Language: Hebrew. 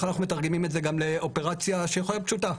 אנחנו מתרגמים את זה גם לאופרציה שיכולה להיות פשוטה.